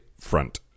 Front